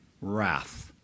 wrath